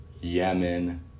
Yemen